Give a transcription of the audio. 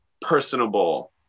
personable